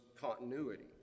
continuity